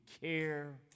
care